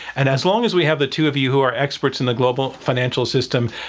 and as long as we have the two of you who are experts in the global financial system,